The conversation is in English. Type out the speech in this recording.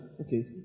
Okay